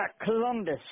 Columbus